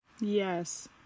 yes